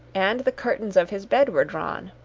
and the curtains of his bed were drawn.